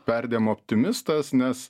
perdėm optimistas nes